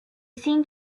seemed